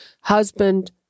husband